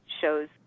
shows